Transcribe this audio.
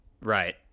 right